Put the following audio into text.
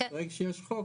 אולי כשיש חוק,